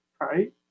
right